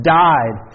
died